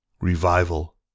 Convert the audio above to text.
Revival